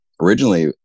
originally